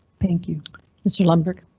thank you mr lundberg.